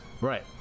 Right